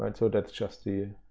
and so that's just the